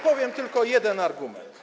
Podam tylko jeden argument.